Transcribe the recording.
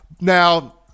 Now